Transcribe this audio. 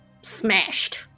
Smashed